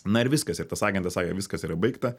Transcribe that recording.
na ir viskas ir tas agentas sakė viskas yra baigta